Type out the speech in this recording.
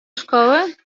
szkoły